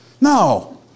No